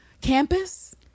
Campus